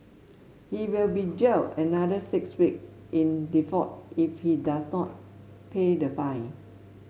he will be jailed another six week in default if he does not pay the fine